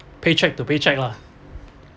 paycheck to paycheck lah